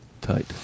tight